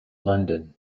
london